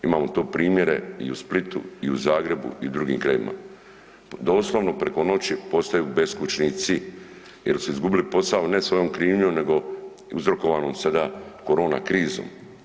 Imamo to primjere i u Splitu i u Zagrebu i u drugim krajevima, doslovno preko noći postaju beskućnici jel su izgubili posao ne svojom krivnjom nego uzrokovano sada korona krizom.